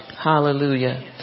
Hallelujah